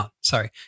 Sorry